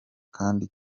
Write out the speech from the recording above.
kandi